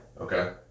Okay